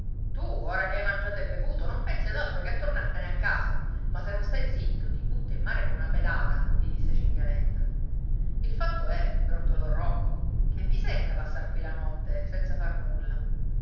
tu ora che hai mangiato e bevuto non pensi ad altro che a tornartene a casa ma se non stai zitto ti butto in mare con una pedata gli disse cinghialenta il fatto è brontolò rocco che mi secca passar qui la notte senza far nulla